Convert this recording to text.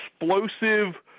explosive